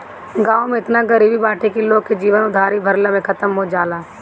गांव में एतना गरीबी बाटे की लोग के जीवन उधारी भरले में खतम हो जाला